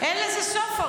הרי אין לזה סוף.